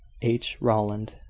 h. rowland.